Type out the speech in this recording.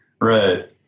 Right